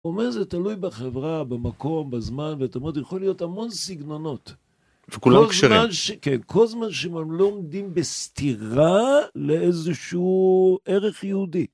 אומר זה תלוי בחברה, במקום, בזמן ואתה אומר, יכול להיות המון סגנונות. וכולם מקשרים. כל הזמן שמאמרים, לא עומדים בסתירה לאיזשהו ערך יהודי.